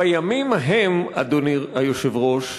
בימים ההם, אדוני היושב-ראש,